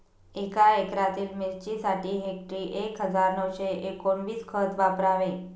एका एकरातील मिरचीसाठी हेक्टरी एक हजार नऊशे एकोणवीस खत वापरावे